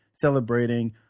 celebrating